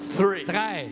three